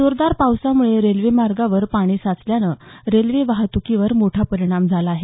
जोरदार पावसामुळे रेल्वेमार्गांवर पाणी साचल्यानं रेल्वे वाहतुकीवर मोठा परिणाम झाला आहे